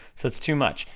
so it's too much.